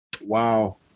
Wow